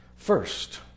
First